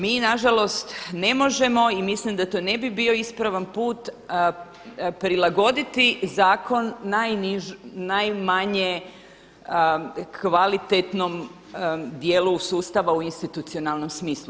Mi nažalost ne možemo i mislim da to ne bi bio ispravan put prilagoditi zakon najmanje kvalitetnom dijelom sustava u institucionalnom smislu.